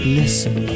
listen